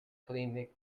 clinic